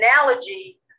analogy